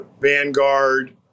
Vanguard